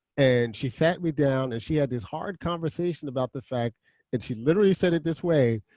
and she sat me down and she had this hard conversation about the fact and she literally said it this way,